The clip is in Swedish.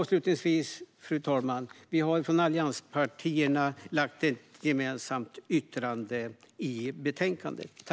Avslutningsvis vill jag säga att allianspartierna har ett gemensamt särskilt yttrande i betänkandet.